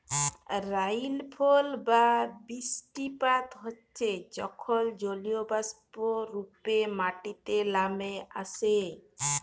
রাইলফল বা বিরিস্টিপাত হচ্যে যখল জলীয়বাষ্প রূপে মাটিতে লামে আসে